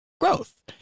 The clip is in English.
growth